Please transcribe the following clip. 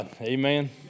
amen